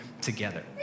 together